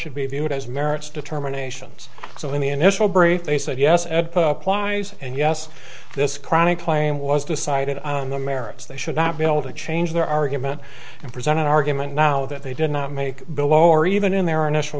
should be viewed as merits determinations so in the initial brief they said yes ed per applies and yes this chronic claim was decided on the merits they should not be able to change their argument and present an argument now that they did not make below or even in their initial